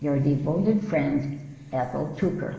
your devoted friend ethel tucker